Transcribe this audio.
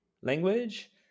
language